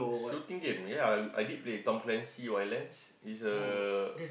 shooting game ya I did play Tom-Clancy wildlands is a